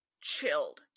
chilled